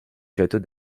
château